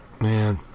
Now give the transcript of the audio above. man